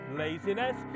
laziness